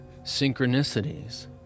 synchronicities